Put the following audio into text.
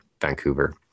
Vancouver